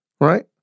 Right